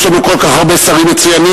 יש לנו כל כך הרבה שרים מצוינים,